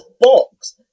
box